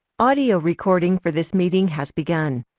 audio recording for this meeting has begun.